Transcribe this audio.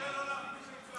תשתדל לא להשמיץ את צה"ל.